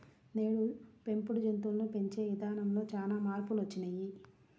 నేడు పెంపుడు జంతువులను పెంచే ఇదానంలో చానా మార్పులొచ్చినియ్యి